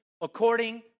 according